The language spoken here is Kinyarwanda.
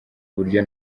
uburyo